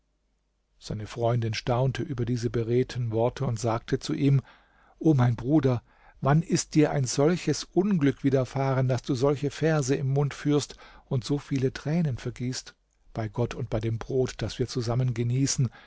seine freundin staunte über diese beredten worte und sagte zu ihm o mein bruder wann ist dir ein solches unglück widerfahren daß du solche verse im munde führst und so viele tränen vergießt bei gott und bei dem brot das wir zusammen genießen